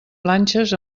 planxes